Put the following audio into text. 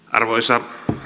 arvoisa